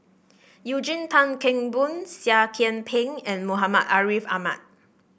Eugene Tan Kheng Boon Seah Kian Peng and Muhammad Ariff Ahmad